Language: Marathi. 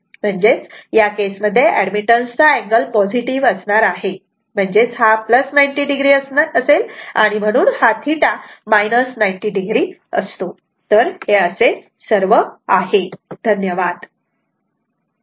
म्हणजे या केस मध्ये एडमिटन्स चा अँगल पॉझिटिव्ह असणार आहे म्हणजेच 90 o असतो आणि म्हणून θ 90 o असतो